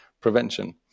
prevention